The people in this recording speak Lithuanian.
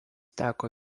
teko